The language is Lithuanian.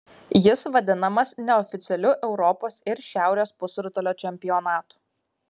jis vadinamas neoficialiu europos ir šiaurės pusrutulio čempionatu